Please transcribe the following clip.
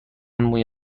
موی